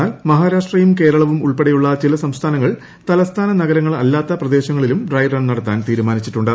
എന്നാൽ മഹാരാഷ്ട്രയും കേരളവും ഉൾപ്പടെയുള്ള ചില സർസ്ഥാനങ്ങൾ തലസ്ഥാന നഗരങ്ങൾ അല്ലാത്ത പ്രദേശങ്ങളിലൂർ ഡ്രൈ റൺ നടത്താൻ തീരുമാനിച്ചിട്ടുണ്ട്